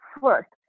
first